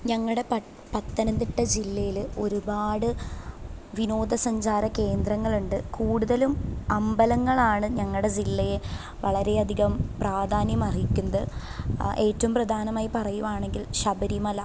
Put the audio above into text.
ഞങ്ങളുടെ പത്തനംതിട്ട ജില്ലയില് ഒരുപാട് വിനോദസഞ്ചാര കേന്ദ്രങ്ങളുണ്ട് കൂടുതലും അമ്പലങ്ങളാണ് ഞങ്ങളുടെ ജില്ലയെ വളരെയധികം പ്രാധാന്യമർഹിക്കുന്നത് ഏറ്റവും പ്രധാനമായി പറയുകയാണെങ്കിൽ ശബരിമല